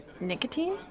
Nicotine